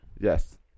Yes